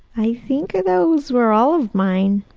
i think those were all of mine.